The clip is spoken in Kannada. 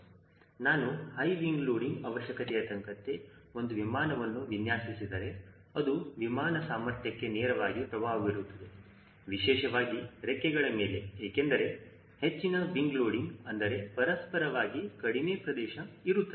ನಾನು ಈಗ ಹೈ ವಿಂಗ್ ಲೋಡಿಂಗ್ ಅವಶ್ಯಕತೆಯ ತಕ್ಕಂತೆ ಒಂದು ವಿಮಾನವನ್ನು ವಿನ್ಯಾಸ ಸಿದರೆ ಅದು ವಿಮಾನ ಸಾಮರ್ಥ್ಯಕ್ಕೆ ನೇರವಾಗಿ ಪ್ರಭಾವ ಬೀರುತ್ತದೆ ವಿಶೇಷವಾಗಿ ರೆಕ್ಕೆಗಳ ಮೇಲೆ ಏಕೆಂದರೆ ಹೆಚ್ಚಿನ ವಿಂಗ್ ಲೋಡಿಂಗ್ ಅಂದರೆ ಪರಸ್ಪರವಾಗಿ ಕಡಿಮೆ ಪ್ರದೇಶ ಇರುತ್ತದೆ